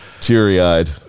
Teary-eyed